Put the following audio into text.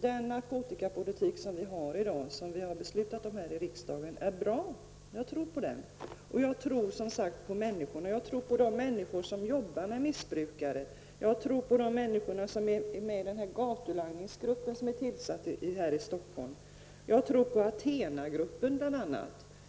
den narkotikapolitik som vi har i dag och som vi har beslutat om i riksdagen är bra. Jag tror på den. Jag tror som sagt på människorna. Jag tror på de människor som jobbar med missbrukare. Jag tror på de människor som är med i gatulangningsgruppen som är tillsatt här i Stockholm. Jag tror på ATHENA-gruppen, bl.a.